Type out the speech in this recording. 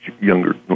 younger